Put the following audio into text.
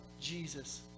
Jesus